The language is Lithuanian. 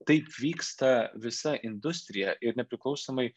taip vyksta visa industrija ir nepriklausomai